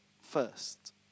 first